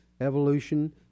Evolution